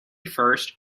first